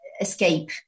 escape